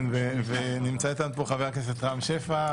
כן, ונמצא איתנו פה חבר הכנסת רם שפע.